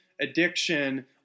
addiction